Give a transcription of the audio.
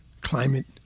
climate